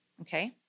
Okay